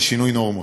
של שינוי נורמות,